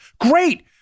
Great